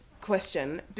question